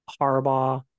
harbaugh